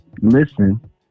listen